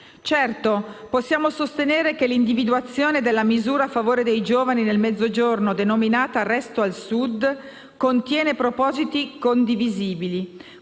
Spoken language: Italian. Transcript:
Certo, possiamo sostenere che l'individuazione della misura a favore dei giovani nel Mezzogiorno denominata «Resto al Sud» contiene propositi condivisibili,